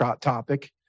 topic